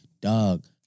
Dog